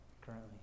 currently